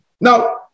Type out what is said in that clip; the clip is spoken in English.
Now